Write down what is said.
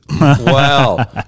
Wow